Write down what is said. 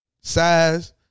Size